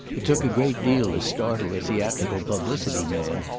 it took a great deal to startle a theatrical publicity man,